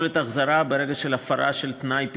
יכולת החזרה ברגע של הפרה של תנאי פרסונלי.